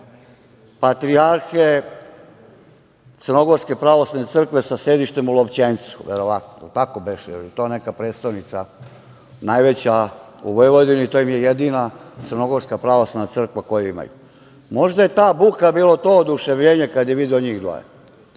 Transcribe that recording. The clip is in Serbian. patrijarhe Crnogorske pravoslavne crkve sa sedištem u Lovćencu, verovatno. Je li tako beše? Je li to neka prestonica najveća u Vojvodini, to im je jedina Crnogorska pravoslavna crkva koju imaju? Možda je ta buka bilo to oduševljenje kada je video njih dvoje.